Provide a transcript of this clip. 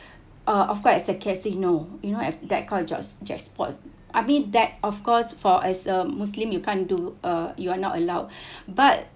uh of course as a casino you know as that kind of jack~ jackpot I mean that of course for as a muslim you can't do uh you are not allowed but